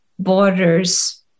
borders